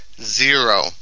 zero